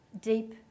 deep